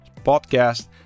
podcast